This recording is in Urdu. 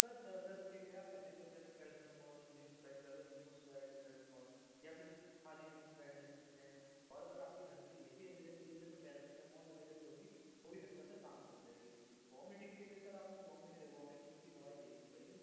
سر سر درد کے آپ aceclofenac paracetamol nimesulide para nimesulide paracetamol یا پھر خالی نیموسلائڈ لے سکتے ہیں اور اگر آپ کے گھر پر یہ بھی ایویلیبل نہیں ہے تو پیراسیٹامول اویلیبل ہوگی وہ بھی ہلکا سا کام کر جائے گی وامیٹنگ کے لیے سر وامے وامیٹنگ کی دوائی لینی پڑے گی